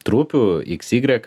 trupių x y